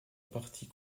partie